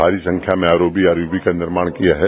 भारी संख्या में आरोबी इरोबी का निर्माण किया है